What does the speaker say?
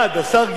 השר גלעד,